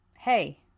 Hey